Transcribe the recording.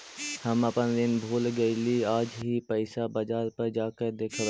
हम अपन ऋण भूल गईली आज ही पैसा बाजार पर जाकर देखवई